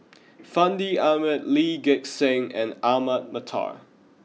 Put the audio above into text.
Fandi Ahmad Lee Gek Seng and Ahmad Mattar